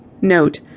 Note